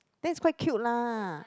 that's quite cute lah